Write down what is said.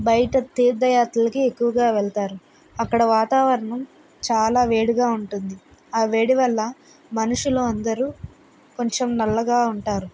బయట తీర్థ యాత్రలకు ఎక్కువగా వెళ్తారు అక్కడ వాతావరణం చాలా వేడిగా ఉంటుంది ఆ వేడి వల్ల మనుషులు అందరూ కొంచం నల్లగా ఉంటారు